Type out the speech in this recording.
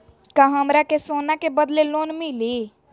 का हमरा के सोना के बदले लोन मिलि?